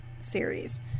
series